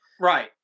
right